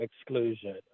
exclusion